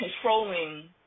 controlling